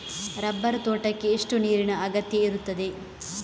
Rubber ತೋಟಕ್ಕೆ ಎಷ್ಟು ನೀರಿನ ಅಗತ್ಯ ಇರುತ್ತದೆ?